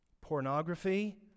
pornography